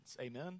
Amen